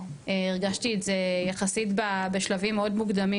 הרגשתי את זה יחסית בשלבים מאוד מוקדמים,